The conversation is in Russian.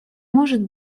может